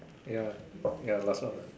ya ya last one ah